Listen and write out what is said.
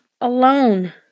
alone